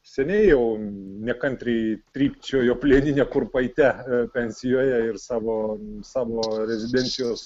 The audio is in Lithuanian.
seniai jau nekantriai trypčiojo plienine kurpaite pensijoje ir savo savo rezidencijos